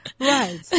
Right